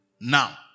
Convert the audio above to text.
Now